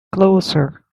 closer